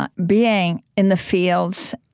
but being in the fields,